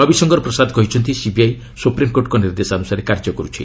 ରବିଶଙ୍କର ପ୍ରସାଦ କହିଛନ୍ତି ସିବିଆଇ ସୁପ୍ରିମ୍କୋର୍ଟଙ୍କ ନିର୍ଦ୍ଦେଶାନୁସାରେ କାର୍ଯ୍ୟ କରୁଛି